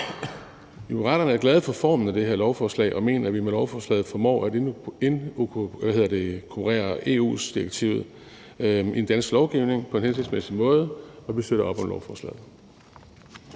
Moderaterne er glade for formen af det her lovforslag og mener, at vi med lovforslaget formår at inkorporere EU's direktiv i dansk lovgivning på en hensigtsmæssig måde, og vi støtter op om lovforslaget.